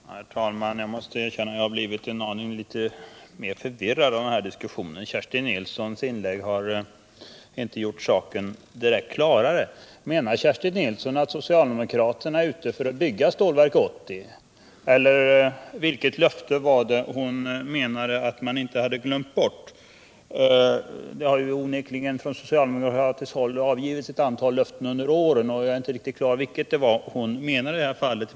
Herr talman! Jag måste erkänna att jag blir litet förvirrad av den här diskussionen. Kerstin Nilssons inlägg har inte gjort saken direkt klarare. Menar Kerstin Nilsson att socialdemokraterna är ute för att bygga Stålverk 80? Eller vilket löfte var det hon menade att man inte hade glömt bort? Det har onekligen från socialdemokratiskt håll avgivits ett antal löften under åren, och jag är inte riktigt klar över vilket det var hon menade i det här fallet.